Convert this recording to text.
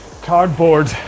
cardboard